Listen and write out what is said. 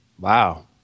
Wow